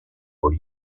were